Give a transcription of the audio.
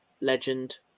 Legend